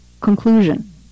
conclusion